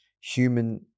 human